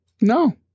No